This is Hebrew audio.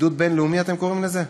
בידוד בין-לאומי אתם קוראים לזה?